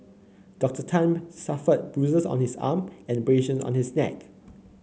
Doctor Tan suffered bruises on his arm and abrasion on his neck